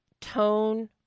tone